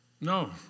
No